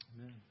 Amen